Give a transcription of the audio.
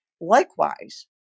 Likewise